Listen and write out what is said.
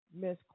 Miss